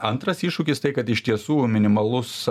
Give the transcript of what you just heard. antras iššūkis tai kad iš tiesų minimalus